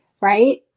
right